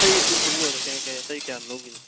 ꯍꯣꯏ ꯑꯗꯨꯈꯛꯅ ꯂꯣꯏꯔꯕ ꯀꯌꯥ ꯀꯌꯥ ꯑꯇꯩ ꯀꯌꯥꯝ ꯂꯧꯈꯤꯅꯤ